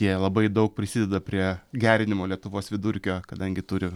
jie labai daug prisideda prie gerinimo lietuvos vidurkio kadangi turi